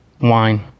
Wine